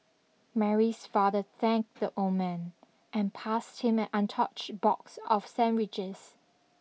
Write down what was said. Mary's father thanked the old man and passed him an untouched box of sandwiches